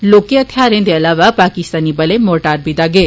लोह्के हथियारें दे अलावा पाकिस्तानी बलें मोर्टार बी दागे